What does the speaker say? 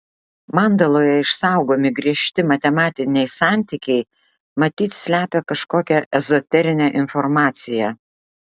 mandaloje išsaugomi griežti matematiniai santykiai matyt slepia kažkokią ezoterinę informaciją